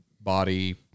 body